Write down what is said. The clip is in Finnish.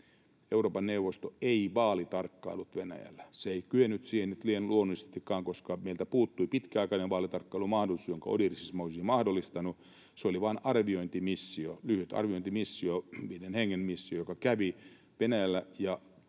Euroopan neuvosto ei vaalitarkkaillut Venäjällä. Se ei kyennyt siihen luonnollisestikaan, koska meiltä puuttui pitkäaikainen vaalitarkkailumahdollisuus, jonka ODIHR siis olisi mahdollistanut. Se oli vain lyhyt arviointimissio, viiden hengen missio, joka kävi Venäjällä